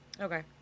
Okay